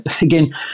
again